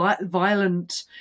violent